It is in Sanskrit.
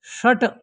षट्